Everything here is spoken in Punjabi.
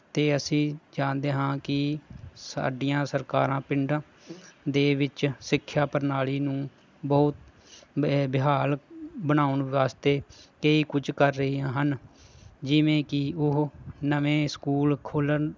ਅਤੇ ਅਸੀਂ ਜਾਣਦੇ ਹਾਂ ਕਿ ਸਾਡੀਆਂ ਸਰਕਾਰਾਂ ਪਿੰਡਾਂ ਦੇ ਵਿੱਚ ਸਿੱਖਿਆ ਪ੍ਰਣਾਲੀ ਨੂੰ ਬਹੁਤ ਬੇ ਬਹਾਲ ਬਣਾਉਣ ਵਾਸਤੇ ਕਈ ਕੁਛ ਕਰ ਰਹੀਆਂ ਹਨ ਜਿਵੇਂ ਕਿ ਉਹ ਨਵੇਂ ਸਕੂਲ ਖੋਲ੍ਹਣ